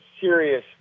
serious